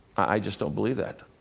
i just don't believe that.